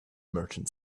merchant